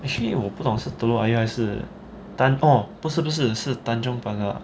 actually 我不懂是 telok ayer 还是不是不是是 tanjong pagar